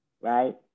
Right